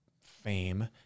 fame